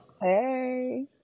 Hey